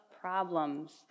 problems